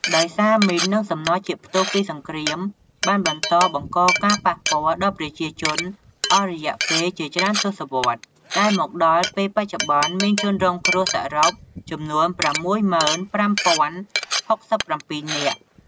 ដោយសារមីន និងសំណល់ជាតិផ្ទុះពីសង្គ្រាមបានបន្តបង្កការប៉ះពាល់ដល់ប្រជាជនអស់រយៈពេលជាច្រើនទសវត្សរ៍ ដែលមកដល់ពេលបច្ចុប្បន្ន មានជនរងគ្រោះសរុបចំនួន ៦៥,០៦៧ នាក់ ។